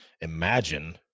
imagine